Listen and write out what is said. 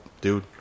dude